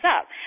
up